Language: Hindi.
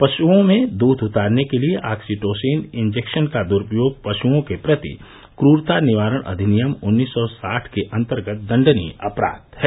पश्ओ में दूध उतारने के लिये ऑक्सीटोसिन इंजेक्शन का दुरूपयोग पशुओं के प्रति क्रूरता निवारण अधिनियम उन्नीस सौ साठ के अन्तर्गत दंडनीय अपराध है